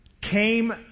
came